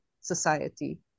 society